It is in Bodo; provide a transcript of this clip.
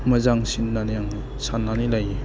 मोजांसिन होननानै आं साननानै लायो